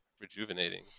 rejuvenating